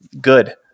good